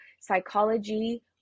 psychology